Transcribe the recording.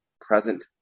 present